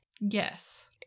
Yes